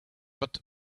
but